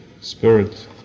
spirit